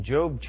Job